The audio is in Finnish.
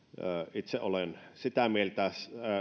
itse olen sitä mieltä